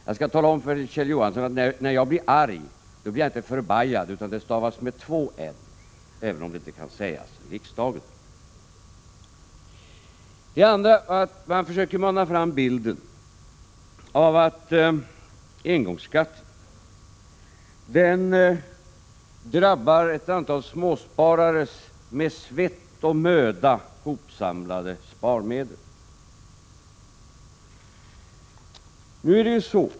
Jag skall tala om för Kjell Johansson att när jag blir arg blir jag inte ”förbajad” utan det stavas med två n, även om det inte kan sägas i riksdagen. Man försöker mana fram bilden av att engångsskatten drabbar ett antal småsparares med svett och möda hopsamlade sparmedel.